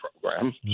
program